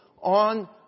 on